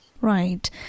Right